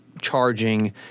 charging